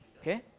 Okay